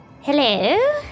Hello